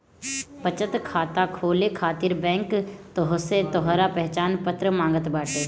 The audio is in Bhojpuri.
बचत खाता खोले खातिर बैंक तोहसे तोहार पहचान पत्र मांगत बाटे